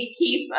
keep